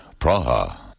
Praha